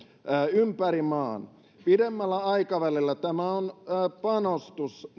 ympäri maan pidemmällä aikavälillä tämä on panostus